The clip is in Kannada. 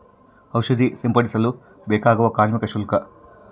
ಔಷಧಿ ಸಿಂಪಡಿಸಲು ಬೇಕಾಗುವ ಕಾರ್ಮಿಕ ಶುಲ್ಕ?